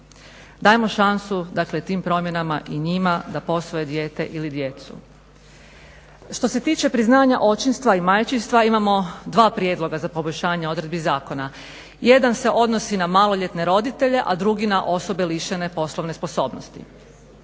Dajmo šansu tim promjenama i njima da posvoje dijete ili djecu. Što se tiče priznanja očinstva i majčinstva imamo dva prijedloga za poboljšanje odredbi zakona. jedan se odnosi na maloljetne roditelje, a drugi na osobe lišene poslovne sposobnosti.